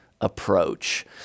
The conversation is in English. approach